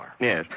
Yes